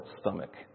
stomach